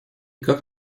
как